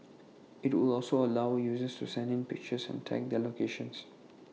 IT would also allow users to send in pictures and tag their locations